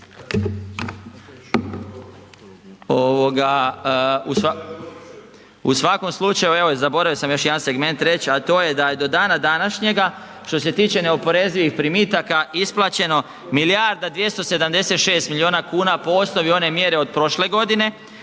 U svakom slučaju, evo i zaboravio sam još jedan segment reći a to je da je do dana današnjega što se tiče neoporezivih primitaka isplaćeno milijarda 276 milijuna kuna po osnovi one mjere od prošle godine.